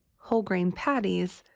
whole-grain patties,